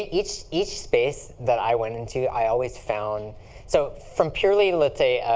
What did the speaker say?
each each space that i went into, i always found so from purely, let's say,